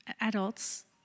adults